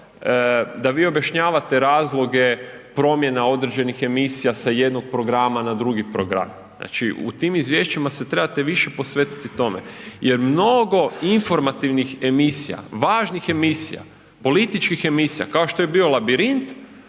da vi objašnjavate razloge promjena određenih emisija sa jednog programa na drugi program, znači u tim izvješćima se trebate više posvetiti tome, jer mnogo informativnih emisija, važnih emisija, političkih emisija, kao što je bio Labirint,